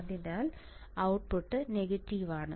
അതിനാൽ output negative ആണ്